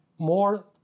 more